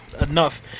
enough